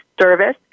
service